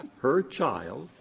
her child,